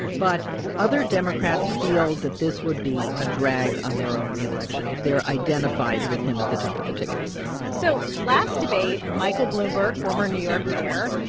but other democrats feel that this would be a drag on their own reelection if they're identified with him at the top of the ticket so last debate, michael bloomberg, former new york mayor,